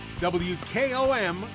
WKOM